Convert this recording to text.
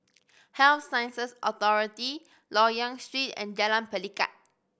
Health Sciences Authority Loyang Street and Jalan Pelikat